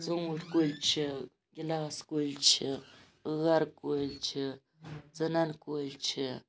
ژوٗنٹھۍ کُلۍ چھِ گِلاس کُلۍ چھِ ٲر کُلۍ چھِ ژٕنَن کُلۍ چھِ